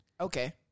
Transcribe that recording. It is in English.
Okay